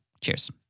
Cheers